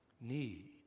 need